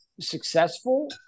successful